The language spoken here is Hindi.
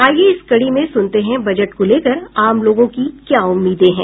आईये इस कड़ी में सुनते हैं बजट को लेकर आम लोगों की क्या उम्मीदें हैं